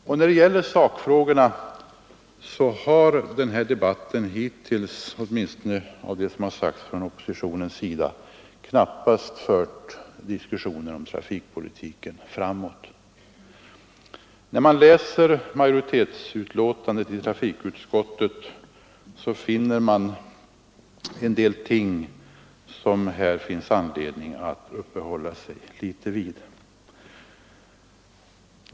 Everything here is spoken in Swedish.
Och när det gäller sakfrågorna har debatten hittills, åtminstone av vad som sagts från oppositionens sida, knappast fört diskussionen om trafikpolitiken framåt. När man läser majoritetsutlåtandet i trafikutskottet finner man en del ting som det finns anledning att uppehålla sig litet vid.